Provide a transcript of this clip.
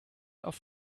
auf